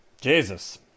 Jesus